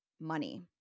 money